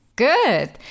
Good